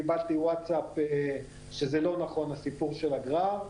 קיבלתי וואטסאפ שהסיפור של הגרר לא